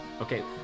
Okay